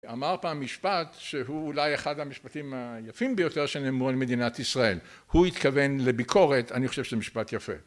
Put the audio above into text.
אמר פעם משפט שהוא אולי אחד המשפטים היפים ביותר שנמרו על מדינת ישראל הוא התכוון לביקורת אני חושב שזה משפט יפה